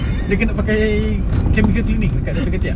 dia kena pakai checmical cleaning dekat dia punya ketiak